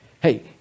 Hey